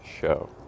Show